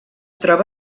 troba